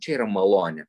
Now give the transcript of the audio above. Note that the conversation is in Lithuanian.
čia yra malonė